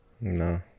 No